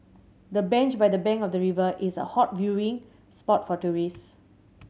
the bench by the bank of the river is a hot viewing spot for tourists